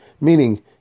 meaning